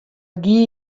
gie